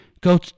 go